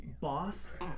Boss